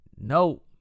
no